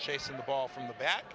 chasing the ball from the back